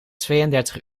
tweeëndertig